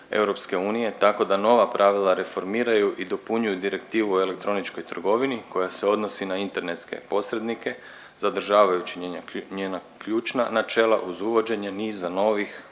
tako da nova pravila reformiraju i dopunjuju Direktivu o elektroničkoj trgovini koja se odnosi na internetske posrednike zadržavajući njena ključna načela uz uvođenje niza novih